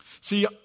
See